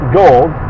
gold